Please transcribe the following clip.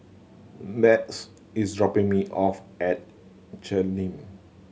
Math is dropping me off at Cheng Lim